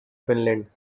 finland